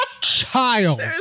Child